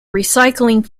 recycling